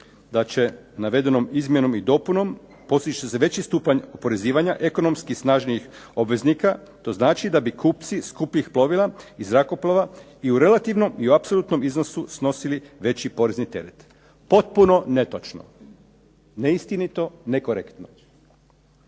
da će: "navedenom izmjenom i dopunom postići se veći stupanj oporezivanja ekonomski snažnijih obveznika" to znači da bi kupci skupih plovila i zrakoplova i u relativnom i u apsolutnom iznosu snosili veći porezni teret. Potpuno netočno! Neistinito, nekorektno.